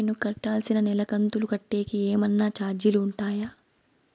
నేను కట్టాల్సిన నెల కంతులు కట్టేకి ఏమన్నా చార్జీలు ఉంటాయా?